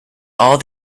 all